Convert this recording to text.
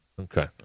Okay